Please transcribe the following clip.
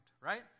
right